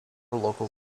local